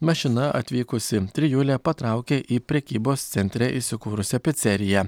mašina atvykusi trijulė patraukė į prekybos centre įsikūrusią piceriją